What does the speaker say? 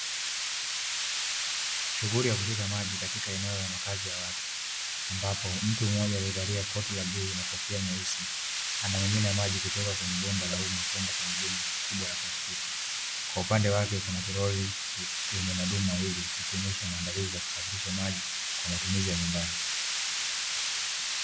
Shughuli ya kuchota maji katika eneo la makazi ya watu ambapo mtu mmoja alievalia koti la bluu na kofia nyeusi anamimina maji kutoka katika bomba la umma kwenda kwenye dumu kubwa la plastiki, kwa upande wake kuna toroli lenye madumu mawili likionyesha maandalizi ya kusafirisha maji kwa matumizi ya nyumbani.